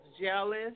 jealous